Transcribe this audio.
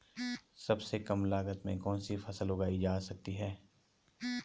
सबसे कम लागत में कौन सी फसल उगाई जा सकती है